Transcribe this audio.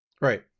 Right